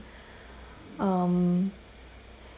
um